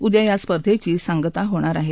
उद्या या स्पर्धेची सांगता होणार आहे